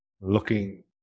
looking